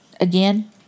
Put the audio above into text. Again